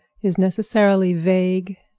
is necessarily vague,